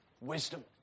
wisdom